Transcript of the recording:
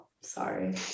sorry